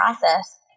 process